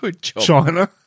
China